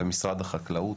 ומשרד החקלאות,